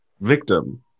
victim